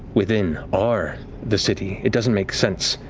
within are the city. it doesn't make sense.